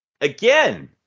Again